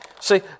See